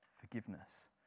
Forgiveness